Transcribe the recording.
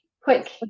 quick